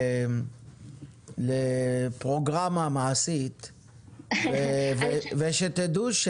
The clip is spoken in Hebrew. לפרוגרמה מעשית ושתדעו,